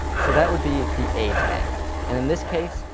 so that would be the a tag. and in this case,